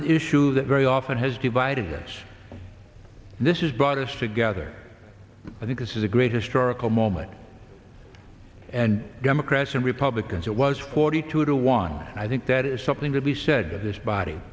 an issue that very often has divided us this is brought us together i think this is a great historical moment and democrats and republicans it was forty two to one i think that is something to be said of this body